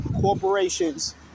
corporations